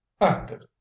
active